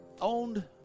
owned